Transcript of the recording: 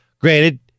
Granted